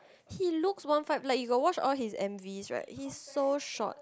he looks one five like you got watch all his M_Vs right he's so short